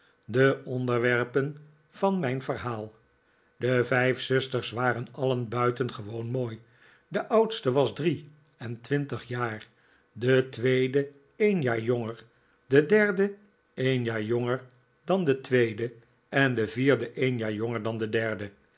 de onderwerpen van mijn verhaal de vijf zusters waren alien buitengewoon mooi de oudste was drie en twintig jaar de tweede een jaar jonger de derde een jaar jonger dan de tweede en de vierde een jaar jonger dan de derde